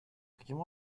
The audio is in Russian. каким